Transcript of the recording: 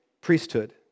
priesthood